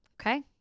okay